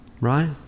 Right